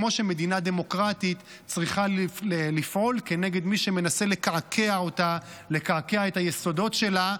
כמו שמדינה דמוקרטית צריכה לפעול כנגד מי שמנסה לקעקע את היסודות שלה,